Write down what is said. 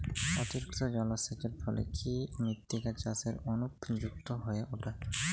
অতিরিক্ত জলসেচের ফলে কি মৃত্তিকা চাষের অনুপযুক্ত হয়ে ওঠে?